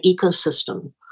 ecosystem